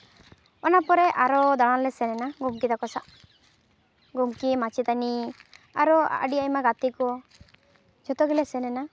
ᱚᱱᱟ ᱯᱚᱨᱮ ᱟᱨᱚ ᱫᱟᱬᱟᱱ ᱞᱮ ᱥᱮᱱᱮᱱᱟ ᱜᱚᱢᱠᱮ ᱛᱟᱠᱚ ᱥᱟᱶ ᱜᱚᱢᱠᱮ ᱢᱟᱪᱮᱛᱟᱹᱱᱤ ᱟᱨᱚ ᱟᱹᱰᱤ ᱟᱭᱢᱟ ᱜᱟᱛᱮ ᱠᱚ ᱡᱷᱚᱛᱚ ᱜᱮᱞᱮ ᱥᱮᱱ ᱮᱱᱟ